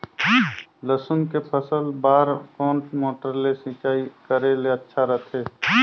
लसुन के फसल बार कोन मोटर ले सिंचाई करे ले अच्छा रथे?